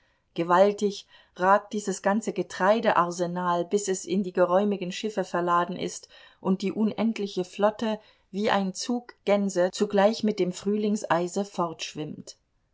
gewaltig ragt dieses ganze getreidearsenal bis es in die geräumigen schiffe verladen ist und die unendliche flotte wie ein zug gänse zugleich mit dem frühlingseise